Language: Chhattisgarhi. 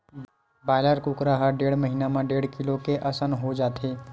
बायलर कुकरा ह डेढ़ महिना म डेढ़ किलो के असन हो जाथे